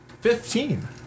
Fifteen